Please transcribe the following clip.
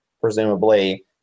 Presumably